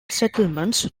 settlements